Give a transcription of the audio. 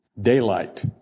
Daylight